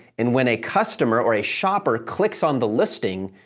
and when a customer or a shopper clicks on the listing,